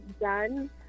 done